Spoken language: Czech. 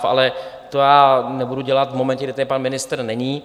Ale to já nebudu dělat v momentě, kdy tady pan ministr není.